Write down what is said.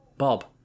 Bob